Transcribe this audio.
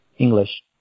English